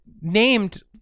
named